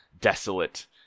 desolate